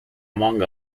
among